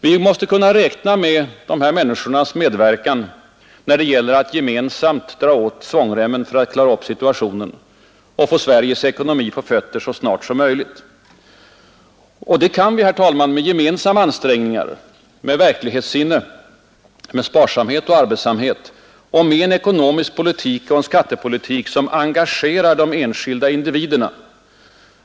Vi måste kunna räkna med dessa människors medverkan då det gäller att gemensamt dra åt svångremmen för att klara upp situationen och få Sveriges ekonomi på fötter så snart som möjligt. Och det kan vi, herr talman, med gemensamma ansträngningar, med verklighetssinne, med varsamhet och arbetsamhet och med en ekonomisk politik och en skattepolitik som engagerar de enskilda individerna.